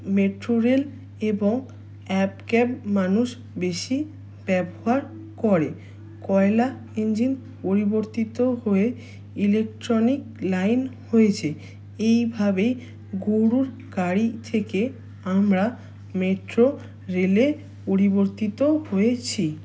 metro rail এবং app cab মানুষ বেশি ব্যবহার করে কয়লা ইঞ্জিন পরিবর্তিত হয়ে ইলেকট্রনিক লাইন হয়েছে এইভাবেই গোরুর গাড়ি থেকে আমরা মেট্রো রেলে পরিবর্তিত হয়েছি